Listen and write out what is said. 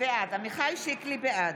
בעד מיכל שיר סגמן,